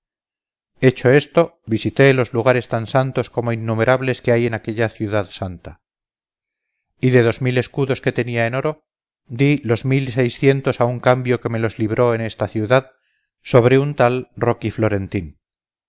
iglesia hecho esto visité los lugares tan santos como innumerables que hay en aquella ciudad santa y de dos mil escudos que tenía en oro di los mil y seiscientos a un cambio que me los libró en esta ciudad sobre un tal roqui florentín